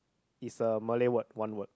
it's a Malay word one word